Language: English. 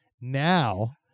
Now